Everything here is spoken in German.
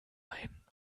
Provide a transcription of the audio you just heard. rein